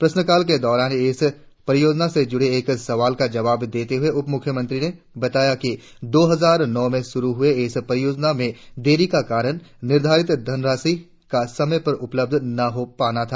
प्रश्नकाल के दौरान इस परियोजना से जूड़े एक सवाल का जवाब देते हुए उपमुख्यमंत्री ने बताया कि दो हजार नौ में शुरु हुई इस परियोजना में देरी का कारण निर्धारित धनराशि का समय से उपलब्ध न हो पाना था